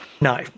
no